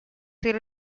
ser